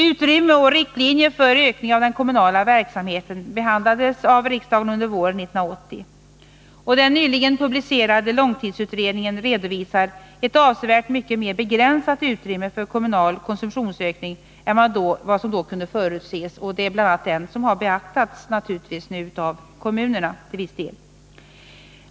Utrymme och riktlinjer för en ökning av den kommunala verksamheten behandlades av riksdagen under våren 1980. Den nyligen publicerade långtidsutredningen redovisar ett avsevärt mycket mer begränsat utrymme för kommunal konsumtionsökning än vad som då kunde förutses. Och det är naturligtvis den som nu till viss del beaktats av kommunerna.